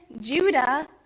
Judah